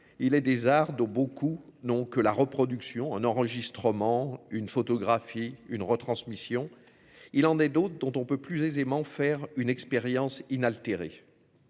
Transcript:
Il est des arts dont beaucoup non que la reproduction un enregistrement une photographie une retransmission. Il en est d'autres dont on peut plus aisément faire une expérience in altéré.